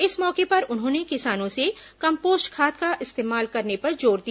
इस मौके पर उन्होंने किसानों से कम्पोस्ट खाद का इस्तेमाल करने पर जोर दिया